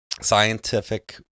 scientific